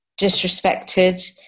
disrespected